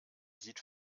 sieht